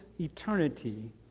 eternity